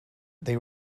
they